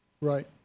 Right